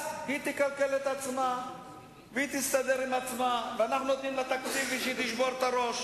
"לכש" מתייחס לעתיד ולא לעבר.